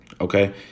okay